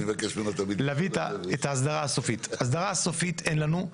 הסדרה סופית אין לנו,